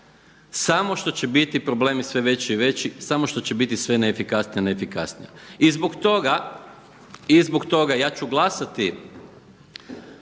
samo što će biti problemi sve veći i veći, samo što će biti neefikasnija i neefikasnija. I zbog toga ja ću glasati